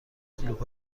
کلوپ